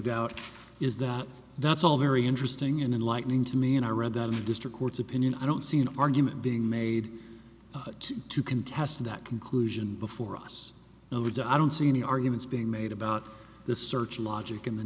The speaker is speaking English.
doubt is the that's all very interesting and enlightening to me and i read the district court's opinion i don't see an argument being made to contest that conclusion before us i don't see any arguments being made about the search of logic in the